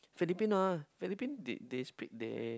Philippines ah Philippines they they speak they